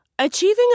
Achieving